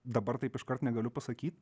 dabar taip iškart negaliu pasakyt